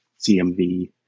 CMV